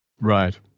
Right